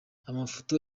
amafoto